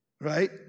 right